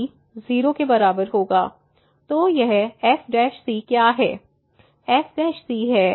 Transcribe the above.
यह f क्या है